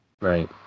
Right